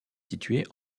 située